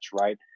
right